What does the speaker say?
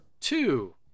Two